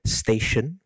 station